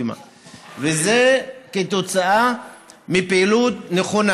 וזה כתוצאה מפעילות נכונה,